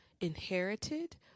inherited